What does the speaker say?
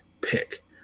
pick